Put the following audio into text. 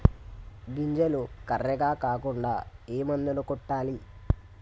గింజలు కర్రెగ కాకుండా ఏ మందును కొట్టాలి?